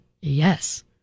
Yes